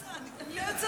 אני לא יוצאת.